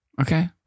Okay